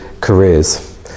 careers